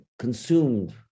consumed